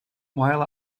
while